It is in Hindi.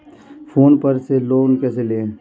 फोन पर से लोन कैसे लें?